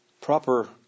proper